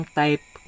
type